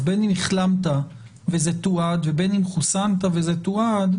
אז בין אם החלמת וזה תועד ובין אם חוסנת וזה תועד,